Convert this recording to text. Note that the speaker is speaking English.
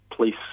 Police